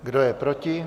Kdo je proti?